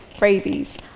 rabies